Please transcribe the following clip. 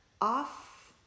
off